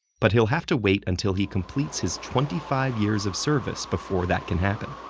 but he'll have to wait until he completes his twenty five years of service before that can happen.